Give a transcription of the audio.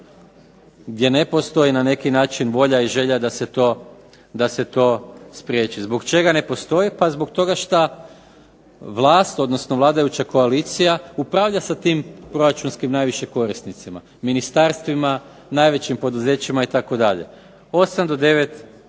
gdje ne postoji na neki način volja i želja da se to spriječi. Zbog čega ne postoje? Pa zbog toga šta vlast, odnosno vladajuća koalicija upravlja sa tim proračunskim najviše korisnicima, ministarstvima, najvećim poduzećima itd., 8 do 9